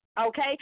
okay